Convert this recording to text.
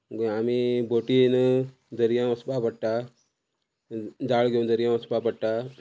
आमी बोटीन दर्या वसपा पडटा जाळ घेवन दर्या वसपा पडटा